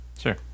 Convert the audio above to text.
Sure